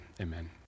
amen